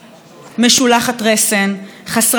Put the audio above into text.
משולחת רסן, חסרת תקדים,